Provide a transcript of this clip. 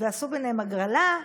עשו ביניהם הגרלה,